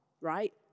right